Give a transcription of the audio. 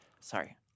sorry